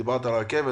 דיברת על רכבת.